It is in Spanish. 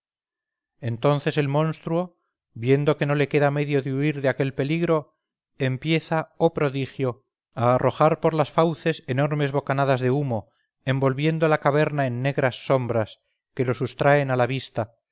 entonces el monstruo viendo que no le queda medio de huir de aquel peligro empieza oh prodigio a arrojar por las fauces enormes bocanadas de humo envolviendo la caverna en negras sombras que lo sustraen a la vista